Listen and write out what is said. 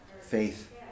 faith